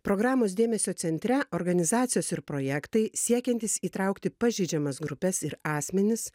programos dėmesio centre organizacijos ir projektai siekiantys įtraukti pažeidžiamas grupes ir asmenis